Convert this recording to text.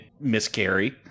miscarry